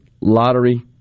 Lottery